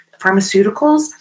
pharmaceuticals